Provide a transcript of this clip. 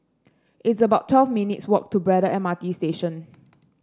it's about twelve minutes walk to Braddell M R T Station